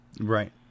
right